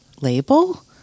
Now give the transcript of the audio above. label